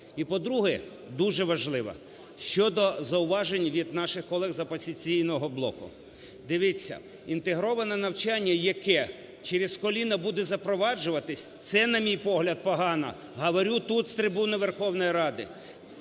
І, по-друге, дуже важливо щодо зауважень від наших колег з "Опозиційного блоку". Дивіться, інтегроване навчання, яке через коліно буде запроваджуватись, це, на мій погляд, погано. Говорю тут, з трибуни Верховної Ради.